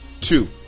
two